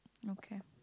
okay